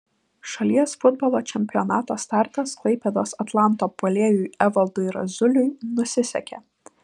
šalies futbolo čempionato startas klaipėdos atlanto puolėjui evaldui razuliui nusisekė